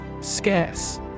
Scarce